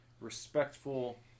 respectful